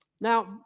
Now